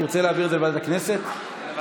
תרצה להעביר את זה לוועדת הכנסת שתכריע?